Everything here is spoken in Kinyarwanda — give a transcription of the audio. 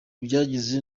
byageze